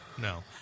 No